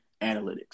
analytics